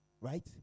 Right